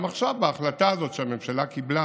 וגם עכשיו, בהחלטה הזאת שהממשלה קיבלה